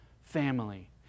family